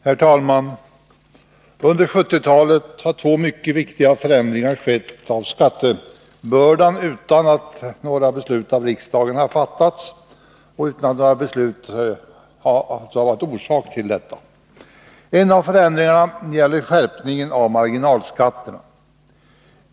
Herr talman! Under 1970-talet har två mycket viktiga förändringar skett av skattebördan utan att några beslut om ändringar av skattereglerna har varit orsak till detta. En av förändringarna gäller skärpningen av marginalskatterna.